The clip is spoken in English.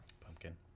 Pumpkin